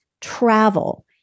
travel